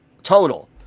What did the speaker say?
total